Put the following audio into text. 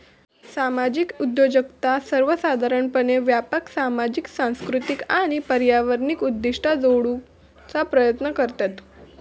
सामाजिक उद्योजकता सर्वोसाधारणपणे व्यापक सामाजिक, सांस्कृतिक आणि पर्यावरणीय उद्दिष्टा जोडूचा प्रयत्न करतत